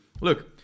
look